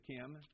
Kim